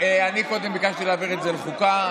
רגע, אני קודם בקשתי להעביר את זה לחוקה.